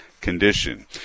condition